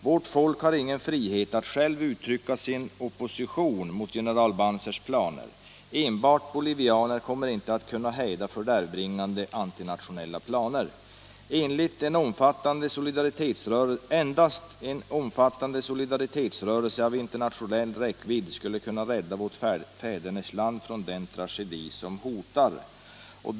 Vårt folk har ingen frihet att självt uttrycka sin opposition mot general Banzers planer. Enbart bolivianer kommer inte att kunna hejda fördärvbringande antinationella planer. Enbart en omfattande solidaritetsrörelse av internationell räckvidd skulle kunna rädda vårt fädernesland från den tragedi som hotar det.